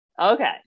Okay